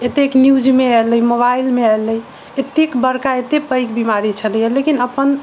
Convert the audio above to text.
तऽ एतेक न्यूजमे एलै मोबाइलमे एलै एतेक बड़का एतेक पैघ बीमारी छलै हँ लेकिन अपन